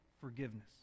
forgiveness